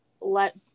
let